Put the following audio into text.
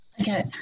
Okay